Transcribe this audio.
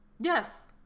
Yes